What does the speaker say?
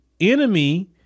enemy